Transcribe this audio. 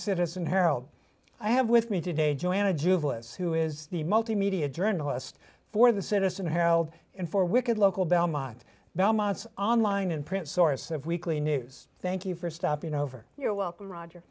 citizen harold i have with me today joanna juba's who is the multimedia journalist for the citizen herald and for wicked local belmont belmont's online and print source of weekly news thank you for stopping over you're welcome